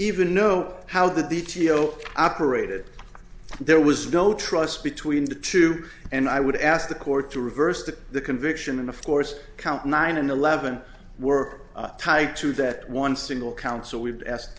even know how the b t o operated there was no trust between the two and i would ask the court to reverse the conviction and of course count nine and eleven were tied to that one single council we've asked